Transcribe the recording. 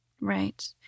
Right